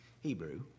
Hebrew